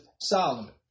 Solomon